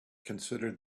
considered